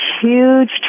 huge